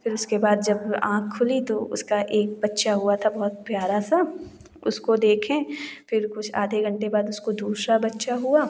फ़िर उसके बाद जब आंख खुली तो उसका एक बच्चा हुआ था बहुत प्यारा सा उसको देखें फ़िर कुछ आधे घंटे बाद उसको दूसरा बच्चा हुआ